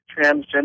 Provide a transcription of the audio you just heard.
transgender